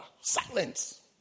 Silence